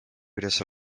kuidas